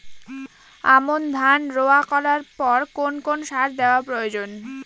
আমন ধান রোয়া করার পর কোন কোন সার দেওয়া প্রয়োজন?